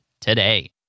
today